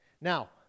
Now